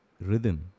rhythm